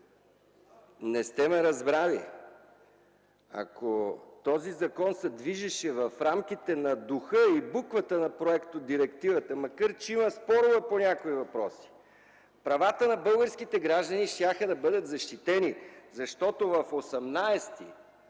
не сте ме разбрали! Ако този закон се движеше в рамките на духа и буквата на проектодирективата, макар че има спорове по някои въпроси, правата на българските граждани щяха да бъдат защитени, защото в чл.